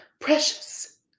precious